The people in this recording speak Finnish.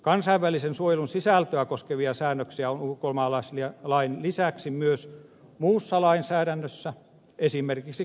kansainvälisen suojelun sisältöä koskevia säännöksiä on ulkomaalaislain lisäksi myös muussa lainsäädännössä esimerkiksi kotouttamislainsäädännössä